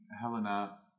Helena